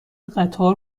قطار